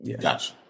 Gotcha